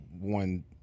one